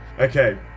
okay